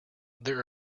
there